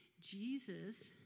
Jesus